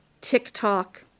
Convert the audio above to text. TikTok